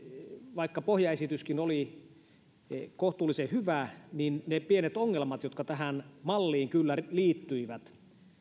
vaikka pohjaesityskin oli kohtuullisen hyvä niin ne pienet ongelmat jotka tähän malliin kyllä liittyivät